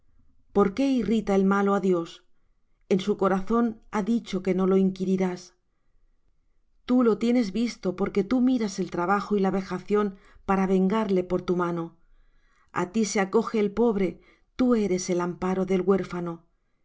por qué irrita el malo á dios en su corazón ha dicho que no lo inquirirás tú lo tienes visto porque tú miras el trabajo y la vejación para vengar le por tu mano a ti se acoge el pobre tú eres el amparo del huérfano